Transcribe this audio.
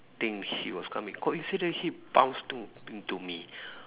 think he was coming coincidentally bounce to into me